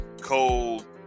cold